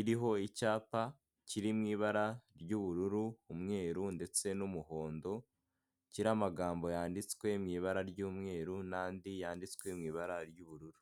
iriho icyapa kiri mu ibara ry'ubururu, umweru ndetse n'umuhondo. Kiriho amagambo yanditswe mu ibara ry'umweru n'andi yanditswe mu ibara ry'ubururu.